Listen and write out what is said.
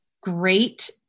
great